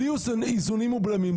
בלי איזונים ובלמים,